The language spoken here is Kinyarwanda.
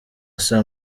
saa